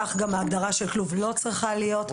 כך גם ההגדרה של כלוב לא צריכה להיות.